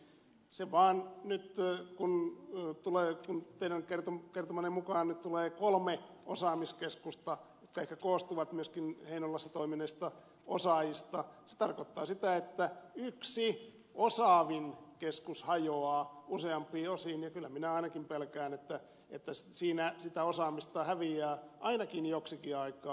se vaan nyt kun teidän kertomanne mukaan tulee kolme osaamiskeskusta jotka ehkä koostuvat myöskin heinolassa toimineista osaajista tarkoittaa sitä että yksi osaavin keskus hajoaa useampiin osiin ja kyllä minä ainakin pelkään että siinä sitä osaamista häviää ainakin joksikin aikaa